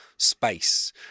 space